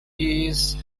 east